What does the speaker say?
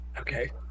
Okay